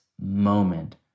moment